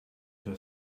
her